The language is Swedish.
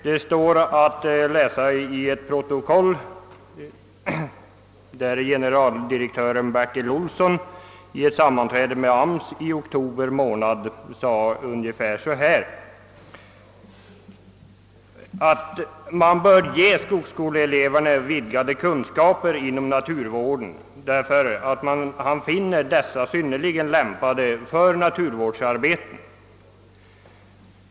Det finns ett protokoll från ett sammanträde i arbetsmarknadsstyrelsen i oktober, i vilket generaldirektör Bertil Olsson säger ungefär att skogsskoleeleverna bör meddelas vidgade kunskaper inom naturvården, eftersom de eleverna är synnerligen lämpade för naturvårdsarbete.